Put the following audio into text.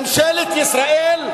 ממשלת ישראל,